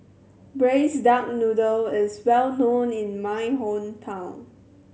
Braised Duck Noodle is well known in my hometown